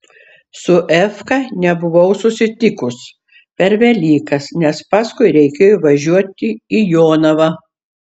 su efka nebuvau susitikus per velykas nes paskui reikėjo važiuoti į jonavą